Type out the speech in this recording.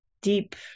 deep